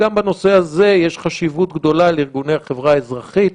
וגם בנושא הזה יש חשיבות גדולה לארגוני החברה האזרחית,